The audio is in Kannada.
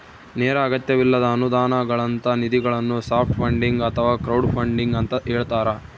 ನೇರ ಅಗತ್ಯವಿಲ್ಲದ ಅನುದಾನಗಳಂತ ನಿಧಿಗಳನ್ನು ಸಾಫ್ಟ್ ಫಂಡಿಂಗ್ ಅಥವಾ ಕ್ರೌಡ್ಫಂಡಿಂಗ ಅಂತ ಹೇಳ್ತಾರ